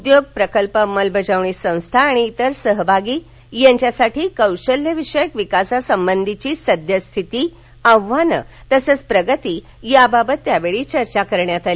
उद्योग प्रकल्प अंमलबजावणी संस्था आणि इतर सहभागी यांच्यासाठी कौशल्य विषयक विकासासंबंधीची सद्यस्थिती आव्हाने तसेच प्रगती याबाबत चर्चा करण्यात आली